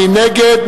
מי נגד?